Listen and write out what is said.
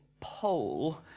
poll